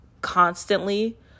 constantly